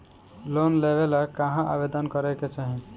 Loan लेवे ला कहाँ आवेदन करे के चाही?